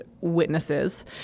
witnesses